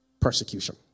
persecution